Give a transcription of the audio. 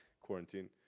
quarantine